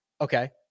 Okay